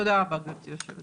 תודה רבה, גברתי היושבת-ראש.